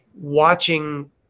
watching